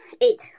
eight